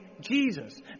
Jesus